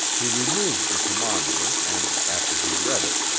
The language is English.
he removed the thermometer and, after he read it,